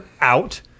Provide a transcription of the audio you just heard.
out